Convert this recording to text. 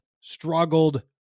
struggled